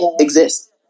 exist